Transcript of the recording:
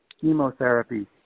chemotherapy